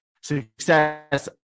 success